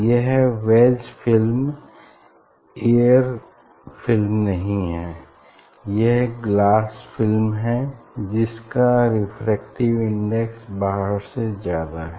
यह wedge film air film नहीं है यह ग्लास फिल्म है जिसका रेफ्रेक्टिव इंडेक्स बाहर से ज्यादा है